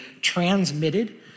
transmitted